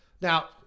Now